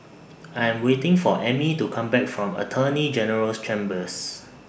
I Am waiting For Emmy to Come Back from Attorney General's Chambers